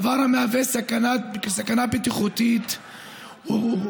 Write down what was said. דבר המהווה סכנה בטיחותית וחמורה,